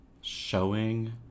showing